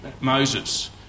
Moses